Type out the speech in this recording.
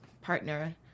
partner